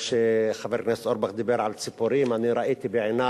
כשחבר הכנסת אורבך דיבר על ציפורים אני ראיתי בעיני